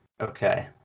Okay